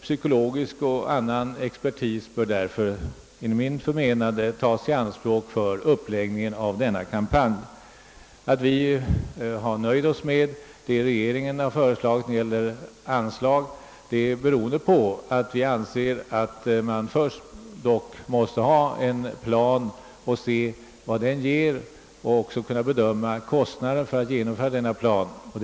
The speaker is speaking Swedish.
Psykologisk och annan expertis bör därför tas i anspråk för uppläggningen av denna kampanj. Att vi nöjt oss med det av regeringen föreslagna anslaget beror på att man först måste ha en plan och bedöma kostnaderna för genomförandet av denna plan.